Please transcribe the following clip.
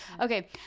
Okay